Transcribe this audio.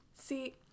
see